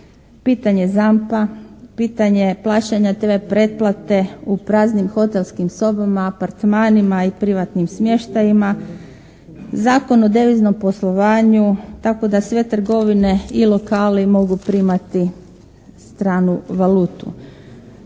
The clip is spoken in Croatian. pitanje ZAMP-a, pitanje plaćanja TV pretplate u praznim hotelskim sobama, apartmanima i privatnim smještajima. Zakon o deviznom poslovanju, tako da sve trgovine i lokali mogu primati stranu valutu.